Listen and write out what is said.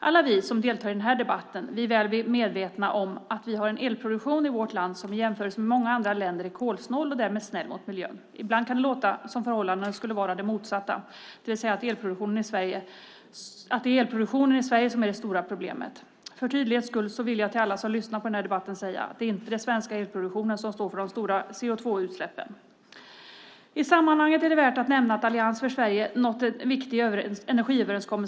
Alla vi som deltar i denna debatt är väl medvetna om att vi har en elproduktion i vårt land som i jämförelse med många andra länders elproduktion är kolsnål och därmed snäll mot miljön. Ibland kan det låta som om förhållandena skulle vara de motsatta, det vill säga att det är elproduktionen i Sverige som är det stora problemet. För tydlighets skull vill jag till alla som lyssnar på denna debatt säga att det inte är den svenska elproduktionen som står för de stora CO2-utsläppen. I sammanhanget är det värt att nämna att Allians för Sverige har nått en viktig energiöverenskommelse.